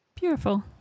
Beautiful